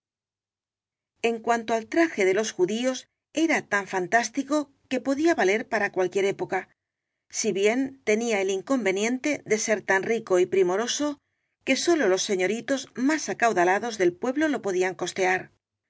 en cuanto al traje de los judíos era tan fantás tico que podía valer para cualquier época si bien tenía el inconveniente de ser tan rico y primoroso que sólo los señoritos más acaudalados del pueblo le podían costear